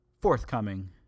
forthcoming